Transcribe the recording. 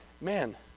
man